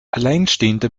alleinstehende